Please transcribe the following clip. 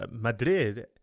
Madrid